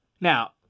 Now